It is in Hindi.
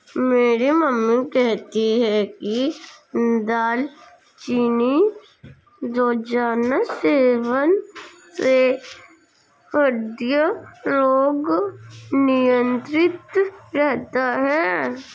मेरी मम्मी कहती है कि दालचीनी रोजाना सेवन से हृदय रोग नियंत्रित रहता है